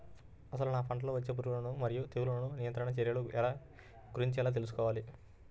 అసలు నా పంటలో వచ్చే పురుగులు మరియు తెగులుల నియంత్రణ చర్యల గురించి ఎలా తెలుసుకోవాలి?